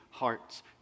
hearts